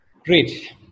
Great